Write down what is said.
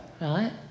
right